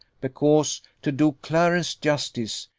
because, to do clarence justice,